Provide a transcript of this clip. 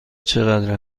چقدر